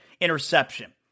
Interception